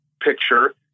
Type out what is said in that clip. picture